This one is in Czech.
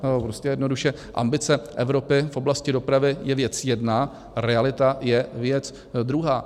Prostě a jednoduše, ambice Evropy v oblasti dopravy je věc jedna, realita je věc druhá.